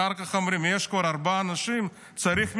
אחר כך אמרו שיש כבר ארבעה אנשים, צריך מנהל.